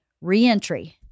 Reentry